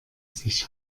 sich